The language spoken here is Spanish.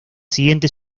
siguientes